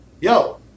Yo